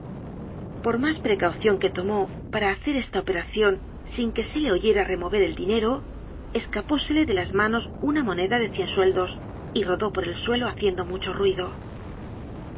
por mas precaucion que tomó para hacer esta operacion sin que se le oyera remover el dinero escapósele de las manos una moneda de cien sueldos y rodó por el suelo haciendo mucho ruido